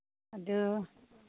ꯑꯗꯨ